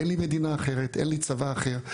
אין לי מדינה אחרת, אין לי צבא אחר.